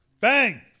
Bang